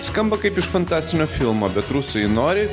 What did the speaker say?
skamba kaip iš fantastinio filmo bet rusai nori